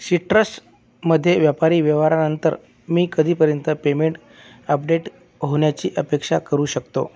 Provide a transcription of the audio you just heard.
सिट्रसमध्ये व्यापारी व्यवहारानंतर मी कधीपर्यंत पेमेंट अपडेट होण्याची अपेक्षा करू शकतो